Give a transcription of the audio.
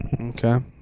Okay